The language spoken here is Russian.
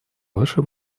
ваше